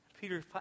Peter